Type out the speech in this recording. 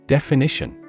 Definition